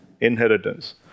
inheritance